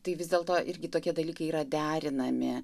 tai vis dėlto irgi tokie dalykai yra derinami